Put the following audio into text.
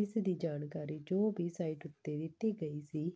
ਇਸ ਦੀ ਜਾਣਕਾਰੀ ਜੋ ਵੀ ਸਾਈਟ ਉੱਤੇ ਦਿੱਤੀ ਗਈ ਸੀ